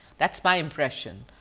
that is my impression.